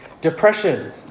Depression